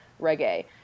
Reggae